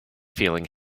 feeling